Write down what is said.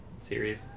series